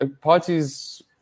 parties